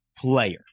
player